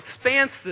expansive